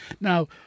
Now